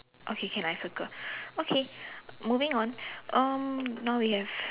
okay can I circle okay moving on um now we have